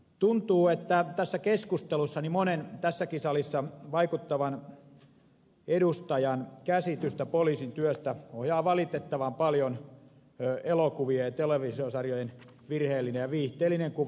tuntuu että tässä keskustelussa monen tässäkin salissa vaikuttavan edustajan käsitystä poliisin työstä ohjaa valitettavan paljon elokuvien ja televisiosarjojen virheellinen ja viihteellinen kuva